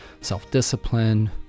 self-discipline